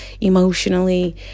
emotionally